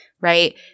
right